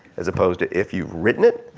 as opposed to if you've written it,